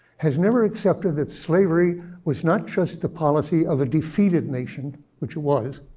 has never accepted that slavery was not just the policy of a defeated nation, which it was,